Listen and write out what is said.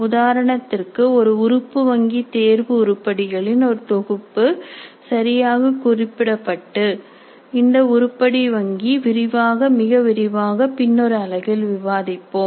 உதாரணத்திற்கு ஒரு உறுப்பு வங்கி சோதனை உருப்படிகளின் ஒரு தொகுப்பு சரியாக குறிப்பிடப்பட்டு இந்த உருப்படி வங்கி விரிவாக மிக விரிவாக பின்னொரு அலகில் விவாதிப்போம்